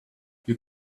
you